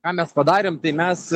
ką mes padarėm tai mes